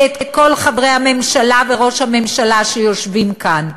ואת כל חברי הממשלה וראש הממשלה שיושבים כאן: